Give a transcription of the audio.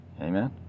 Amen